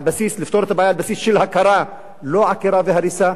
לפתור את הבעיה על בסיס של הכרה, לא עקירה והריסה.